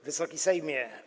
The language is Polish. Wysoki Sejmie!